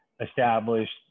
established